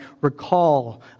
recall